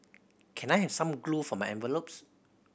can I have some glue for my envelopes